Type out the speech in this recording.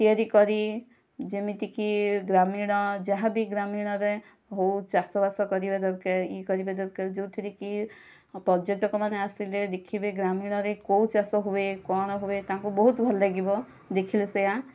ତିଆରି କରି ଯେମିତିକି ଗ୍ରାମୀଣ ଯାହା ବି ଗ୍ରାମୀଣରେ ବହୁତ ଚାଷବାସ କରିବା ଦରକାର ଇଏ କରିବା ଦରକାର ଯେଉଁଥିରେ କି ପର୍ଯ୍ୟଟକମାନେ ଆସିଲେ ଦେଖିବେ ଗ୍ରାମୀଣରେ କେଉଁ ଚାଷ ହୁଏ କ'ଣ ହୁଏ ତାଙ୍କୁ ବହୁତ ଭଲ ଲାଗିବ ଦେଖିଲେ ସେ